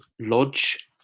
lodge